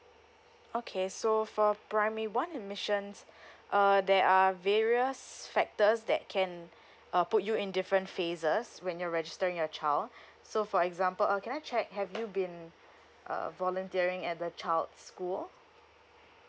okay so for primary one admissions uh there are various factors that can uh put you in different phases when you're registering your child so for example uh can I check have you been uh volunteering at the child's school